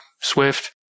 Swift